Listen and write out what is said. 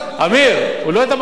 עמיר, הוא לא יודע מה זה.